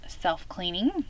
self-cleaning